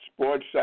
sports